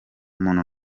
muntu